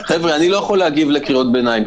חבר'ה, אני לא יכול להגיב לקריאות ביניים.